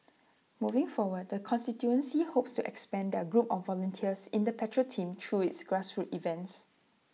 moving forward the constituency hopes to expand their group of volunteers in the patrol team through its grassroots events